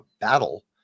battle